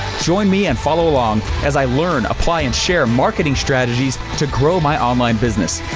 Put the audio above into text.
join me and follow along as i learn, apply and share marketing strategies to grow my online business.